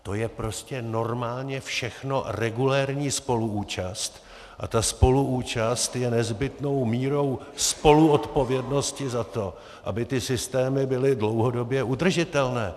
To je prostě normálně všechno regulérní spoluúčast a ta spoluúčast je nezbytnou mírou spoluodpovědnosti za to, aby ty systémy byly dlouhodobě udržitelné.